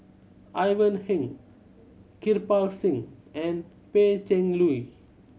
Ivan Heng Kirpal Singh and Pan Cheng Lui